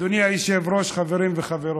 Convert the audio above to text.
אדוני היושב-ראש, חברים וחברות,